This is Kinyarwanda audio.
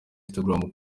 instagram